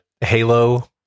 Halo